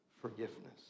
forgiveness